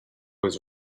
was